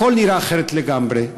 הכול נראה אחרת לגמרי.